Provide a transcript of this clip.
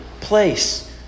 place